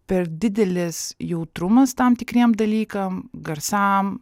per didelis jautrumas tam tikriem dalykam garsam